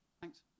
Thanks